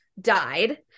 died